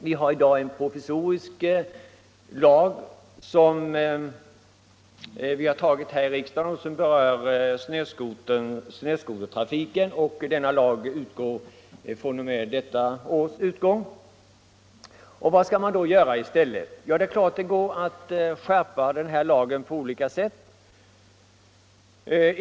Vi har i dag en provisorisk lag som antagits här i riksdagen och som berör snöskotertrafiken, och denna lag upphör att gälla i och med utgången av år 1975. Vad skall man då göra? Det är klart att det går att skärpa den här lagen på olika sätt.